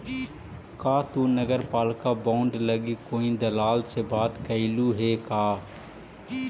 का तु नगरपालिका बॉन्ड लागी कोई दलाल से बात कयलहुं हे का?